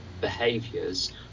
behaviors